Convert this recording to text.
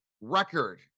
record